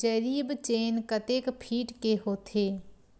जरीब चेन कतेक फीट के होथे?